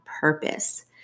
purpose